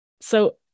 So-